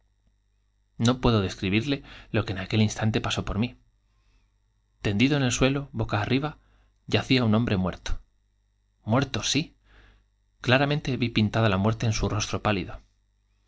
no puedo describirle lo que en aquel instante pasó mí tendido el por en suelo boca arriba yacía un hombre muerto i sí claramente vi muerto pintada la muerte en su rostro el fósforo pálido